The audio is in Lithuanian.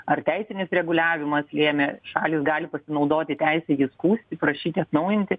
ar teisinis reguliavimas lėmė šalys gali pasinaudoti teise jį skųsti prašyti atnaujinti